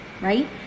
right